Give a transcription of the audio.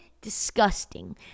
disgusting